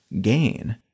gain